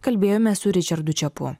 kalbėjome su ričardu čepu